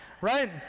right